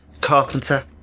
Carpenter